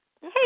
Hey